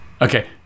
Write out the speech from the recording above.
Okay